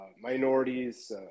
minorities